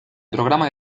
programa